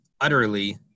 utterly